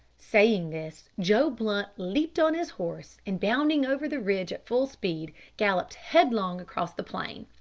saying this, joe blunt leaped on his horse, and, bounding over the ridge at full speed, galloped headlong across the plain.